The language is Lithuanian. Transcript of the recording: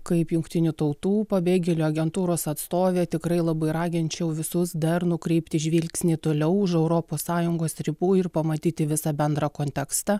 kaip jungtinių tautų pabėgėlių agentūros atstovė tikrai labai raginčiau visus dar nukreipti žvilgsnį toliau už europos sąjungos ribų ir pamatyti visą bendrą kontekstą